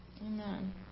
Amen